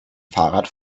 fahrrad